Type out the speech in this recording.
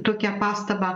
tokią pastabą